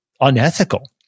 unethical